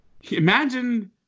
Imagine